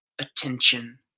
Attention